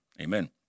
Amen